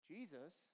Jesus